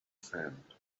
sand